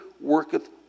worketh